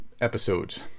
episodes